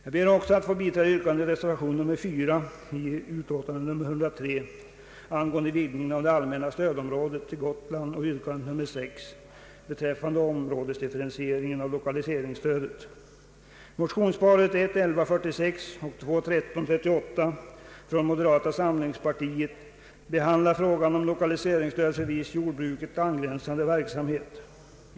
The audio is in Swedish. Jag ber också att få biträda yrkandet i reservation 5 i samma utlåtande innebärande en vidgning av det allmänna stödområdet till Gotland samt yrkandet i reservation 6 beträffande områdesdifferentieringen av lokaliseringsstödet. Motionsparet I:1146 och II:1338 från moderata samlingspartiet behandlar frågan om lokaliseringsstöd för viss jordbruket angränsande verksamhet.